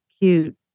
cute